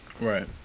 Right